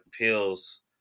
pills